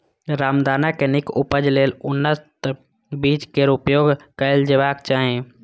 रामदाना के नीक उपज लेल उन्नत बीज केर प्रयोग कैल जेबाक चाही